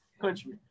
country